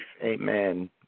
amen